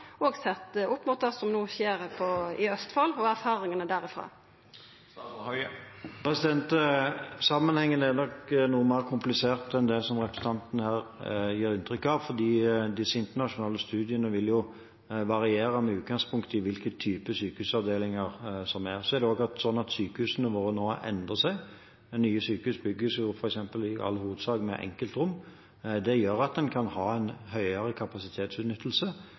opp mot det som skjer i Østfold og erfaringane derfrå? Sammenhengen er nok noe mer komplisert enn det representanten her gir inntrykk av. De internasjonale studiene vil jo variere med hvilke typer sykehusavdelinger man tar utgangspunkt i. Så har også sykehusene våre endret seg. Nye sykehus bygges jo f.eks. i all hovedsak med enkeltrom. Det gjør at man kan ha en høyere kapasitetsutnyttelse.